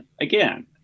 again